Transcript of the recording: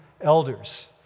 elders